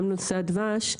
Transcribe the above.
גם נושא הדבש.